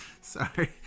Sorry